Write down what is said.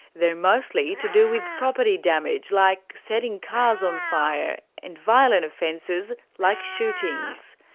they are mostly to do with property damage, like setting cars on fire, and violent offences like shootings.